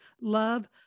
Love